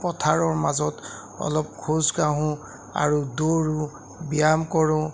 পথাৰৰ মাজত অলপ খোজ কাঢ়োঁ আৰু দৌৰোঁ ব্যায়াম কৰোঁ